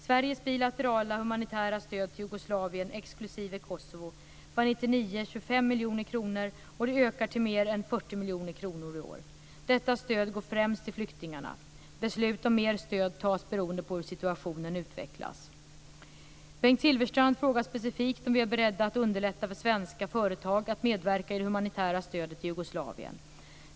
Sveriges bilaterala humanitära stöd till Jugoslavien exklusive Kosovo var 1999 ca 25 miljoner kronor, och det ökar till mer än 40 miljoner kronor i år. Detta stöd går främst till flyktingarna. Beslut om mer stöd fattas beroende på hur situationen utvecklas. Bengt Silfverstrand frågar specifikt om vi är beredda att underlätta för svenska företag att medverka i det humanitära stödet till Jugoslavien.